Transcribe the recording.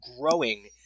growing